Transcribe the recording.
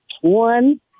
One